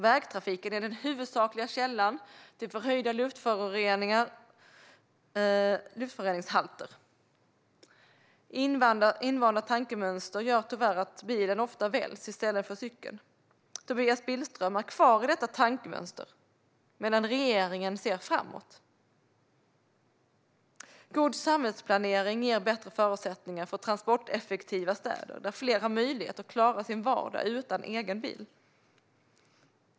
Vägtrafiken är den huvudsakliga källan till förhöjda luftföroreningshalter. Invanda tankemönster gör tyvärr att bilen ofta väljs i stället för cykeln. Tobias Billström är kvar i detta tankemönster medan regeringen ser framåt. God samhällsplanering ger bättre förutsättningar för transporteffektiva städer där fler har möjlighet att klara sin vardag utan egen bil.